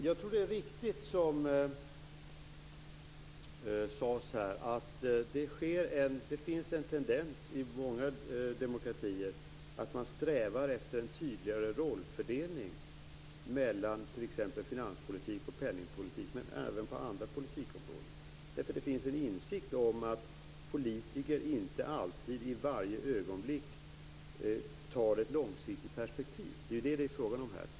Fru talman! Det är riktigt att det finns en tendens i många demokratier att sträva efter en tydligare rollfördelning mellan finanspolitik och penningpolitik, men även på andra politikområden. Det finns en insikt om att politiker inte alltid i varje ögonblick tar ett långsiktigt perspektiv. Det är det som det är frågan om här.